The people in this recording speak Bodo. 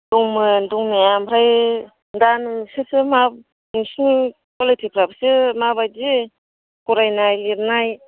दंमोन दंनाया ओमफ्राय दा नोंसोरसो मा नोंसोरनि क्वालिटि फ्राबोसो माबायदि फरायनाय लिरनाय